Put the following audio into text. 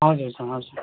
हजुर सर हजुर